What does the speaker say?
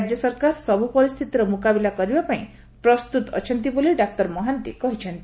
ରାଜ୍ୟ ସରକାର ସବୁ ପରିସ୍ଥିତିର ମୁକାବିଲା କରିବାପାଇଁ ପ୍ରସ୍ଠୁତ ଅଛନ୍ତି ବୋଲି ଡାକ୍ତର ମହାନ୍ତି କହିଛନ୍ତି